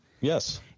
yes